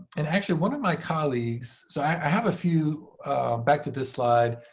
and actually, one of my colleagues so i have a few back to this slide.